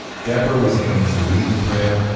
deborah was going to lead the prayer,